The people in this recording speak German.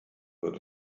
wird